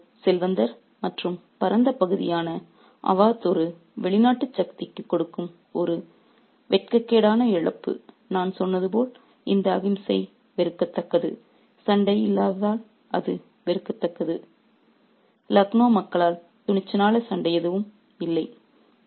மக்கள் தங்கள் செல்வந்தர் மற்றும் பரந்த பகுதியான அவத் ஒரு வெளிநாட்டு சக்திக்குக் கொடுக்கும் ஒரு வெட்கக்கேடான இழப்பு நான் சொன்னது போல் இந்த அகிம்சை வெறுக்கத்தக்கது சண்டை இல்லாததால் அது வெறுக்கத்தக்கது உள்ளது லக்னோ மக்களால் துணிச்சலான சண்டை எதுவும் இல்லை